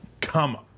Come